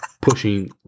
pushing